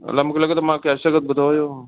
अलाए मूंखे लॻे थो मां कंहिं सां गॾु ॿुधो हुयो